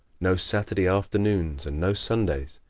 no saturday afternoons and no sundays.